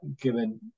given